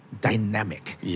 dynamic